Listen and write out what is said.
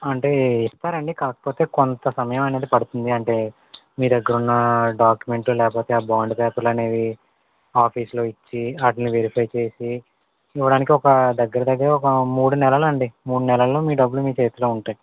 అంటే ఇస్తారండి కాకపోతే కొంత సమయం అనేది పడుతుంది అంటే మీ దగ్గరున్నా డాక్యూమెంటు లేకపోతే బాండ్ పేపర్లు అనేవి ఆఫీస్లో ఇచ్చి వాటిని వెరిఫై చేసి ఇవ్వడానికి ఒక దగ్గర దగ్గర ఒక మూడు నెలలండి మూడు నెలల్లో మీ డబ్బులు మీ చేతిలో ఉంటాయి